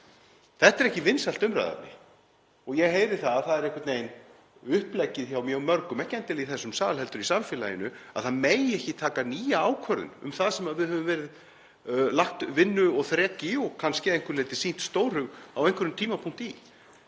Þetta er ekki vinsælt umræðuefni og ég heyri að það er einhvern veginn uppleggið hjá mjög mörgum, ekki endilega í þessum sal heldur í samfélaginu, að það megi ekki taka nýja ákvörðun um það sem við höfum lagt vinnu og þrek í og kannski að einhverju leyti sýnt stórhug á einhverjum tímapunkti